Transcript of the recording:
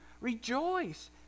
Rejoice